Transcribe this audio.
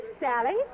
Sally